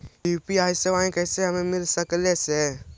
UPI सेवाएं कैसे हमें मिल सकले से?